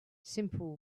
simply